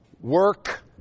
work